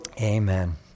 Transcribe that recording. Amen